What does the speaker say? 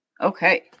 Okay